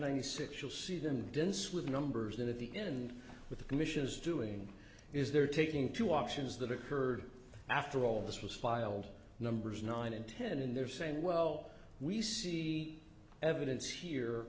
ninety six you'll see them dense with numbers and at the end with the commission's doing is they're taking two options that occurred after all this was filed numbers nine and ten in there saying well we see evidence here